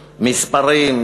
מספרים,